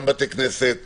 גם בתי כנסת,